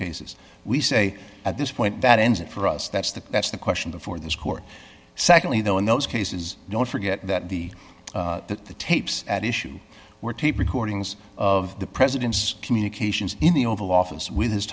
cases we say at this point that ends it for us that's the that's the question before this court secondly though in those cases don't forget that the tapes at issue were tape recordings of the president's communications in the oval office with his